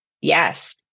Yes